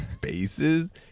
bases